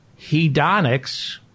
hedonics